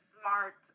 smart